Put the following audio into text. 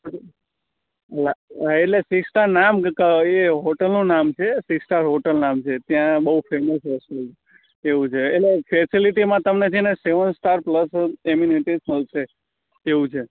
હાં six star નામ એ હોટલનું નામ છે સિક્સ સ્ટાર હોટલ નામ છે ત્યાં બહુ ફેમસ છે એવું છે એટલે ફેસિલિટીમાં તમને સેવન સ્ટાર પ્લસ એનીમેટેડ મળશે એવું છે